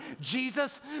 Jesus